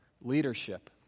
leadership